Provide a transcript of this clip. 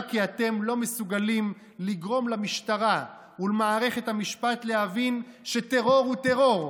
רק כי אתם לא מסוגלים לגרום למשטרה ולמערכת המשפט להבין שטרור הוא טרור,